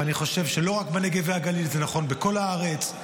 ואני חושב שלא רק בנגב והגליל, זה נכון בכל הארץ.